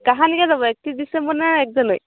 কাহানিকে যাব একত্ৰিছ ডিচেম্বৰ নে এক জানুৱাৰী